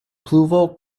pluvo